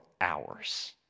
hours